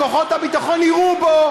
כוחות הביטחון יירו בו,